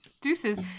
Deuces